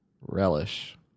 Relish